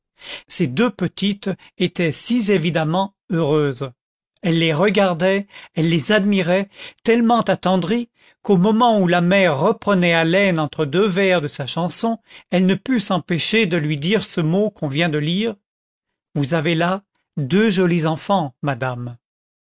ces deux petites étaient si évidemment heureuses elle les regardait elle les admirait tellement attendrie qu'au moment où la mère reprenait haleine entre deux vers de sa chanson elle ne put s'empêcher de lui dire ce mot qu'on vient de lire vous avez là deux jolis enfants madame